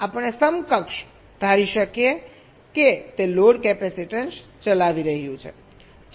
તેથી આપણે સમકક્ષ ધારી શકીએ કે તે લોડ કેપેસીટન્સ ચલાવી રહ્યું છે